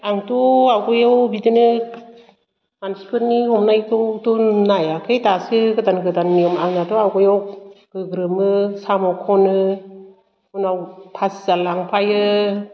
आंथ' आवगायाव बिदिनो मानसिफोरनि हमनायखौथ' नायाखै दासो गोदान गोदान नियम आंनाथ' आवगायाव गोग्रोमो साम' खनो उनाव फासियाल लांफायो